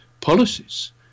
policies